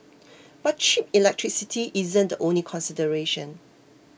but cheap electricity isn't the only consideration